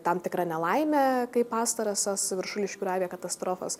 tam tikra nelaimė kaip pastarosios viršuliškių ir aviakatastrofos